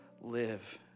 live